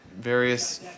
Various